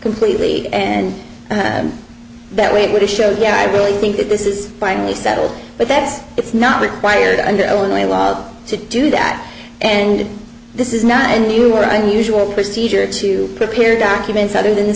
completely and that way it would have showed the i really think that this is finally settled but that it's not required under illinois law to do that and this is not anywhere on usual procedure to prepare documents other than the